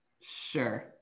Sure